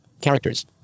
characters